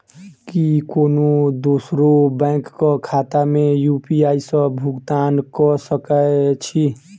की कोनो दोसरो बैंक कऽ खाता मे यु.पी.आई सऽ भुगतान कऽ सकय छी?